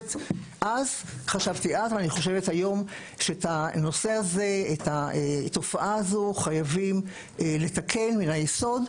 חשבתי אז ואני חושבת היום שאת התופעה הזו חייבים לתקן מהיסוד.